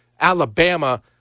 Alabama